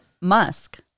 Musk